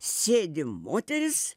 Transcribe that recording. sėdi moteris